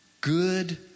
good